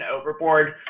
overboard